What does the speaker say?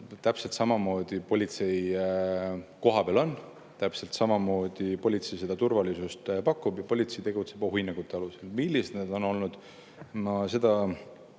Täpselt samamoodi politsei kohapeal on, täpselt samamoodi politsei turvalisust pakub ja politsei tegutseb ohuhinnangute alusel. Millised need on olnud, mul seda